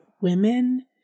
women